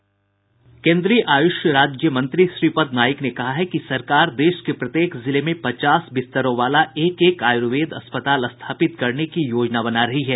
केंद्रीय आयूष राज्यमंत्री श्रीपद नाईक ने कहा है कि सरकार देश के प्रत्येक जिले में पचास बिस्तरों वाला एक एक आयुर्वेद अस्पताल स्थापित करने की योजना बना रही है